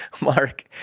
Mark